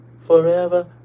Forever